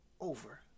over